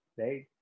right